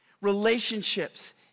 relationships